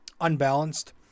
unbalanced